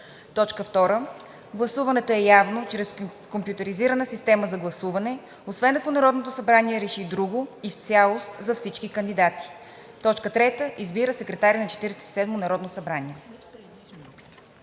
г. 2. Гласуването е явно чрез компютризираната система за гласуване, освен ако Народното събрание реши друго и в цялост за всички кандидати. 3. Избира секретари на Четиридесет